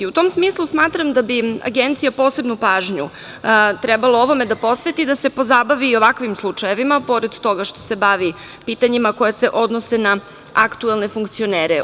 U tom smislu, smatram da bi Agencija posebnu pažnju trebalo ovome da posveti, da se pozabavi ovakvim slučajevima, pored toga što se bavi pitanjima koja se odnose na aktuelne funkcionere.